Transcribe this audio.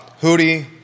Hootie